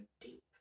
deep